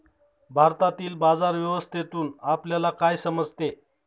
भारतातील बाजार व्यवस्थेतून आपल्याला काय समजते?